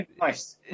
nice